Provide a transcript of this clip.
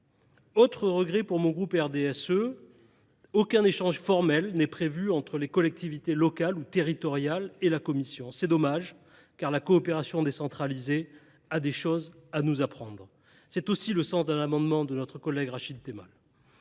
Autre regret pour le groupe du RDSE : aucun échange formel n’est prévu entre les collectivités territoriales et la commission d’évaluation. C’est dommage, car la coopération décentralisée a des choses à nous apprendre. C’est aussi le sens d’un amendement de notre collègue Rachid Temal.